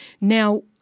Now